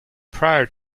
prior